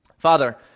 Father